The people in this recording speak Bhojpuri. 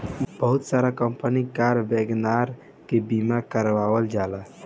बहुत सारा कंपनी कार वगैरह के बीमा करावल जाला